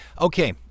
Okay